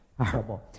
horrible